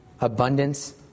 abundance